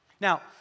Now